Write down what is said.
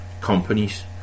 companies